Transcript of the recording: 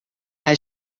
hij